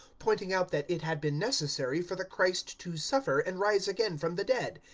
pointing out that it had been necessary for the christ to suffer and rise again from the dead,